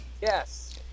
Yes